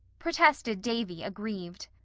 protested davy aggrieved.